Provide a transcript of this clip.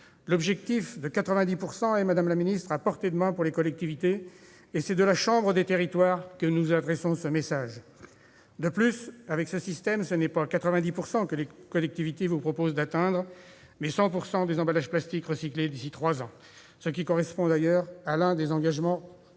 l'objectif de 90 % est à portée de main pour les collectivités, et c'est de la chambre des territoires que nous vous adressons ce message ! De plus, avec ce système, ce n'est pas 90 % que les collectivités vous proposent d'atteindre, mais 100 % des emballages plastiques recyclés d'ici à trois ans, ce qui correspond d'ailleurs à l'un des engagements du